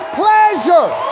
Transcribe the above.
pleasure